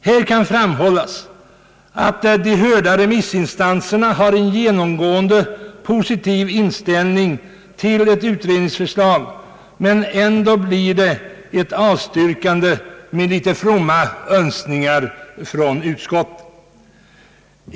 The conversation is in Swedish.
Här kan framhållas, att de hörda remissinstanserna har en genomgående positiv inställning till förslaget om utredning, men utskottet avstyrker ändå med litet fromma önskningar.